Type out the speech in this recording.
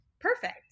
perfect